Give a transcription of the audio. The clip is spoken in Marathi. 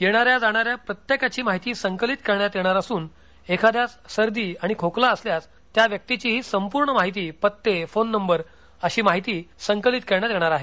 येणाऱ्या जाणाऱ्या प्रत्येकाची माहिती संकलित करण्यात येणार असून एखाद्यास सर्दी खोकला असल्यास त्या व्यक्तीचीही संपूर्ण माहिती पत्ते फोन नंबर अशी माहिती संकलित करण्यात येणार आहे